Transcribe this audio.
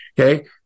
okay